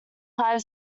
five